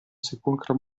sepolcro